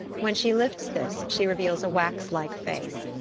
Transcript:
when she lifts this, she reveals a wax-like face.